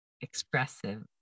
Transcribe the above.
expressive